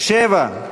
7?